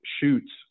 shoots